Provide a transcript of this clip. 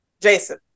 Jason